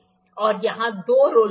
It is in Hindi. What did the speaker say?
और यहाँ दो रोलर्स हैं